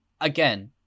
again